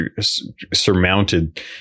surmounted